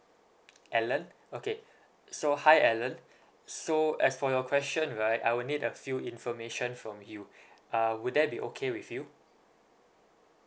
allen okay so hi allen so as for your question right I will need a few information from you uh would that be okay with you